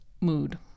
mood